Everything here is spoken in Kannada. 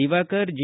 ದಿವಾಕರ್ ಜಿ